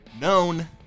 known